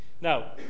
Now